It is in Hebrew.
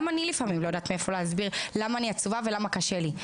גם אני לפעמים לא יודעת להסביר למה אני עצובה ולמה קשה לי,